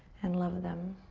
and love them.